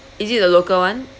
is it the local [one]